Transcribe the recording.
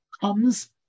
comes